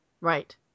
Right